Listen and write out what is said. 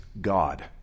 God